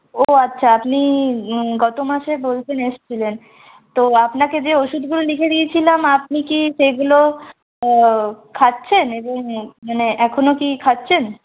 ও আচ্ছা আপনি গতমাসে বলছেন এসছিলেন তো আপনাকে যে ওষুধগুলো লিখে দিয়েছিলাম আপনি কি সেগুলো খাচ্ছেন মানে এখনও কি খাচ্ছেন